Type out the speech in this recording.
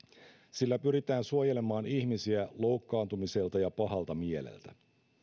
sillä pyritään suojelemaan ihmisiä loukkaantumiselta ja pahalta mieleltä